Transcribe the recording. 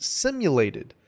simulated